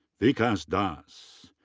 vikas das.